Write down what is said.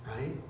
Right